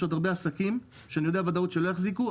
יש עוד הרבה עסקים שאני יודע בוודאות שלא יחזיקו.